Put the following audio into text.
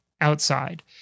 outside